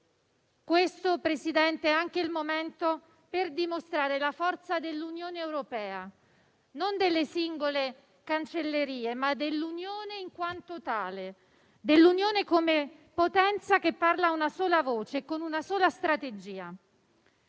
Questo, Presidente, è anche il momento per dimostrare la forza dell'Unione europea: non delle singole cancellerie, ma dell'Unione in quanto tale, dell'Unione come potenza che parla una sola voce e con una sola strategia.